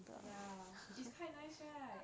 ya it's quite nice right